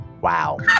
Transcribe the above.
Wow